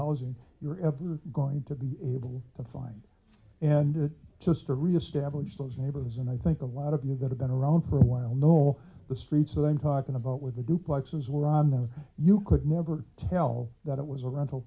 housing you're ever going to be able to find and it just to reestablish those neighborhoods and i think a lot of you that have been around for a while know the streets that i'm talking about with the duplexes were on them you could never tell that it was a rental